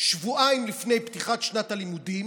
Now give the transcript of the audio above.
שבועיים לפני פתיחת שנת הלימודים,